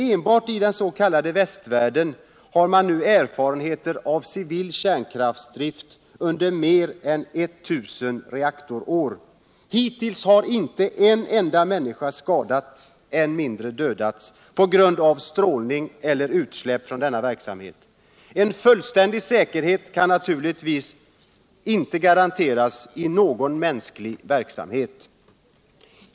Enbart 1 den s.k. västvärlden har man nu erfarenhet av civil kärnkraftsdrift under mer än ett tusen reaktorår. Hittills har inte en enda människa skadats, än mindre dödats, på grund av strålning eller utsläpp från denna verksamhet. En fullständig säkerhet kan naturligtvis inte garanteras i någon mänsklig verksamhet.